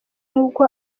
nkuko